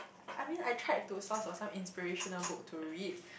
I mean I tried to source for some inspirational book to read